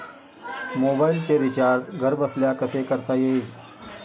मोबाइलचे रिचार्ज घरबसल्या कसे करता येईल?